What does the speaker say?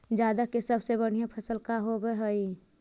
जादा के सबसे बढ़िया फसल का होवे हई?